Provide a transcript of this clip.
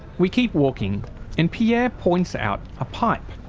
we keep walking and pierre points out a pipe.